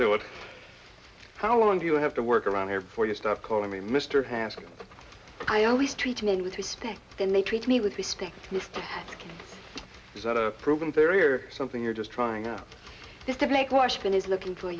do it how long do you have to work around here before you start calling me mr haskell i always treated with respect and they treat me with respect this is a proven theory or something you're just trying out just to make washington is looking for